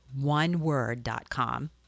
oneword.com